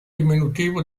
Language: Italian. diminutivo